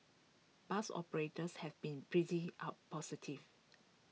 bus operators have been pretty out positive